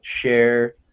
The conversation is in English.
share